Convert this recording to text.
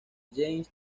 james